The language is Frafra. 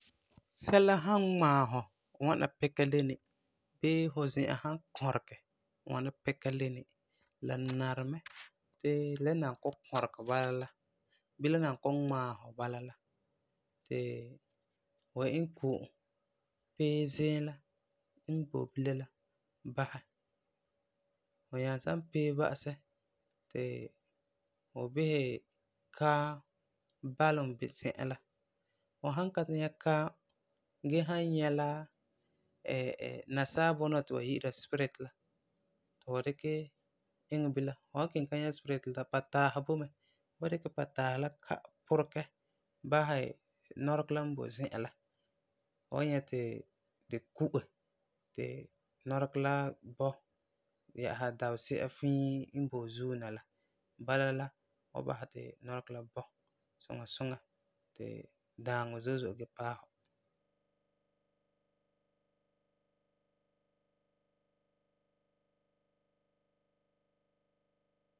Fu san ŋmaɛ fumiŋa ŋwana pika leni, bii fu zi'an san kɔregɛ pika leni, la nari mɛ ti la nan kɔ'ɔm kɔregɛ fu bala la, bii la nan kɔ'ɔm ŋmaɛ fu bala la ti fu iŋɛ ko'om pee ziim la n boi bilam la basɛ, ti fu nyaa san pee ba'asɛ ti fu bisɛ kaam balum bi, zi'an la. Fu san ka nyɛ kaam gee san nyɛ la nasaa bunɔ wa ti yi'ira spirit la ti fu dikɛ iŋɛ bilam, fu wan kelum ka nyɛ spirit la, pataasi boi mɛ, fu wan dikɛ pataasi la ka'ɛ puregɛ basɛ nɔregɔ la n boi zi'an la, fu wan nyɛ ti di ku'e ti nɔregɔ la bɔ yɛ'ɛsa dabesi'a fii n boi zuon na la, bala la wan basɛ ti nɔregɔ la bɔ suŋa suŋa ti daaŋɔ zo'e zo'e da paɛ fu.